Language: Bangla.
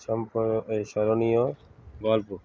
সম্পদ হয়ে স্মরণীয় গল্প